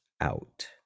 out